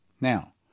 now